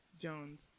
Jones